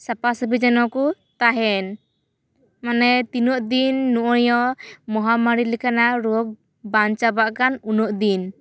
ᱥᱟᱯᱷᱟ ᱥᱟᱹᱯᱷᱤ ᱡᱮᱱᱚᱠᱩ ᱛᱟᱦᱮᱱ ᱢᱟᱱᱮ ᱛᱤᱱᱟᱜ ᱫᱤᱱ ᱱᱚᱜᱱᱤᱭᱟᱹ ᱢᱚᱦᱟᱢᱟᱹᱨᱤ ᱞᱮᱠᱟᱱᱟᱜ ᱨᱳᱜᱽ ᱵᱟᱝ ᱪᱟᱵᱟᱜ ᱠᱟᱱ ᱩᱱᱟᱹᱜ ᱫᱤᱱ